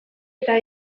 eta